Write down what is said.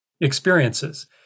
experiences